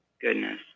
goodness